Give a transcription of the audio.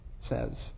says